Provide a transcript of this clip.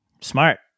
Smart